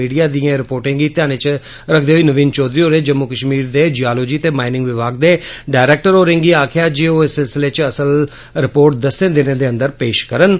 media दिएं रिपोर्टें गी ध्यानै च रक्खदे होई नवीन चौधरी होरें जम्मू कश्मीर दे जालोजी ते माइनिंग विभाग दे डरैक्टर होर्रे गी आक्खेआ जे ओह इस सिलसिले च असल रिपोर्ट दर्से दिनें दे अंदर पेश कीती जा